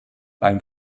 beim